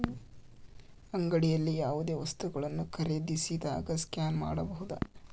ಅಂಗಡಿಯಲ್ಲಿ ಯಾವುದೇ ವಸ್ತುಗಳನ್ನು ಖರೇದಿಸಿದಾಗ ಸ್ಕ್ಯಾನ್ ಮಾಡಬಹುದಾ?